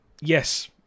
yes